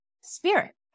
spirit